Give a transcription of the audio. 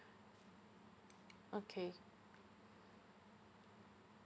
okay